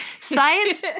science